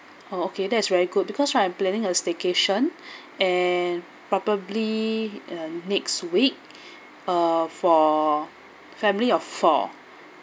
oh okay that is very good because right I'm planning a staycation and probably uh next week uh for family of four